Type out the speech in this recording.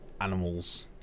animals